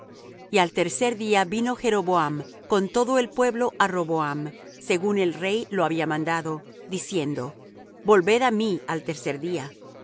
y al tercer día vino jeroboam con todo el pueblo á roboam según el rey lo había mandado diciendo volved á mí al tercer día